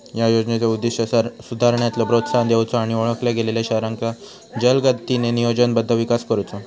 या योजनेचो उद्दिष्ट सुधारणेला प्रोत्साहन देऊचो आणि ओळखल्या गेलेल्यो शहरांचो जलदगतीने नियोजनबद्ध विकास करुचो